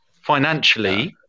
Financially